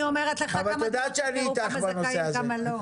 אני אומרת לך כמה זכאים וכמה לא.